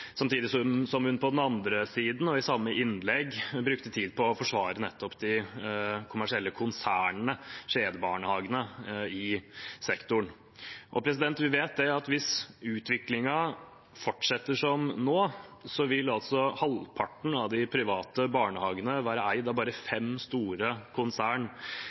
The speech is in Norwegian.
samtidig som hun på den andre siden i samme innlegg brukte tid på å forsvare nettopp de kommersielle konsernene – kjedebarnehagene – i sektoren. Vi vet at hvis utviklingen fortsetter som nå, vil halvparten av de private barnehagene være eid av bare fem store konsern